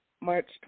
March